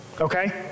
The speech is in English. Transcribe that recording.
Okay